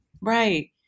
Right